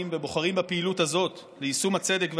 ובוחרים בפעילות הזאת ליישום הצדק והאמת,